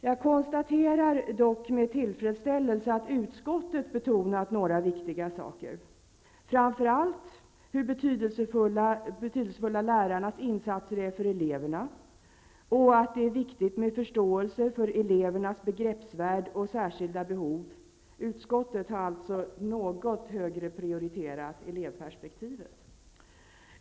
Jag konstaterar dock med tillfredsställelse att utskottet betonat några viktiga saker, framför allt hur betydelsefulla lärarnas insatser är för eleverna och att det är viktigt med förståelse för elevernas begreppsvärld och särskilda behov. Utskottet har alltså något högre prioriterat elevperspektivet.